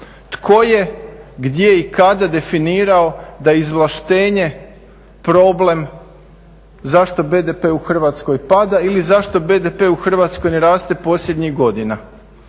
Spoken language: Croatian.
Tko je gdje i kada definirao da izvlaštenje problem zašto BDP u Hrvatskoj pada ili zašto BDP u Hrvatskoj ne raste posljednjih godina?